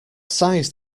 size